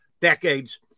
Decades